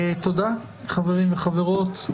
תודה, חברים וחברות.